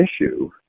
issue